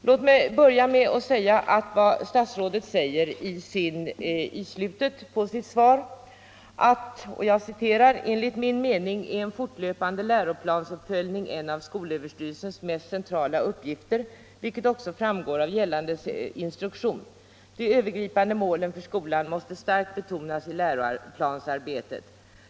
Låt mig börja med att citera vad statsrådet anför i slutet av sitt svar: ”Enligt min mening är en fortlöpande läroplansuppföljning en av skolöverstyrelsens mest centrala uppgifter, vilket också framgår av gällande instruktion. De övergripande målen för skolan måste starkt betonas i läroplansarbetet.